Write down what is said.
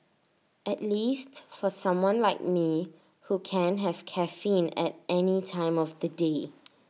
at least for someone like me who can have caffeine at any time of the day